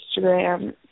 Instagram